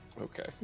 Okay